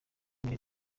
rimwe